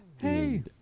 Hey